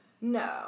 No